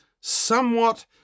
somewhat